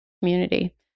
community